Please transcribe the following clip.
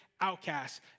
outcasts